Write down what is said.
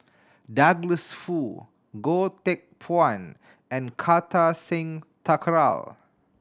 Douglas Foo Goh Teck Phuan and Kartar Singh Thakral